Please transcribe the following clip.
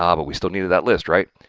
um but we still needed that list, right?